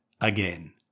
again